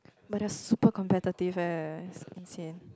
but they are super competitive eh it's insane